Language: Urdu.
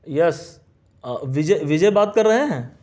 یس وجے وجے بات کر رہے ہیں